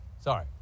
sorry